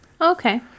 Okay